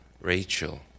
Rachel